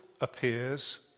appears